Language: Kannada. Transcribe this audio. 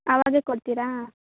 ಅವಾಗ್ಲೇ ಕೊಡ್ತೀರಾ